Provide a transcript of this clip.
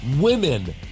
women